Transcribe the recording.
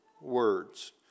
words